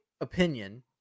opinion